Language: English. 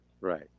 Right